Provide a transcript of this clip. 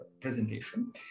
presentation